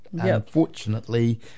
unfortunately